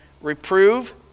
Reprove